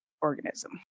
organism